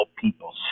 people